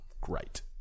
great